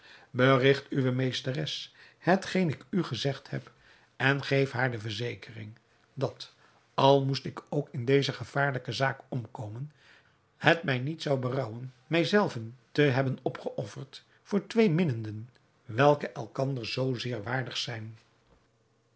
berigt uwe meesteres hetgeen ik u gezegd heb en geef haar de verzekering dat al moest ik ook in deze gevaarlijke zaak omkomen het mij niet zou berouwen mij zelven te hebben opgeofferd voor twee minnenden welke elkander zoo zeer waardig zijn